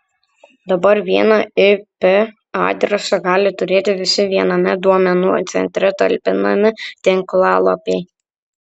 dabar vieną ip adresą gali turėti visi viename duomenų centre talpinami tinklalapiai